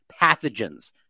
pathogens